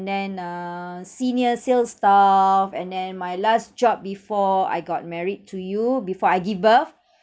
then uh senior sales staff and then my last job before I got married to you before I give birth